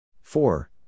Four